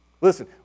Listen